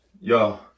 Yo